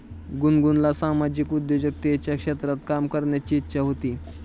गुनगुनला सामाजिक उद्योजकतेच्या क्षेत्रात काम करण्याची इच्छा होती